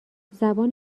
زبان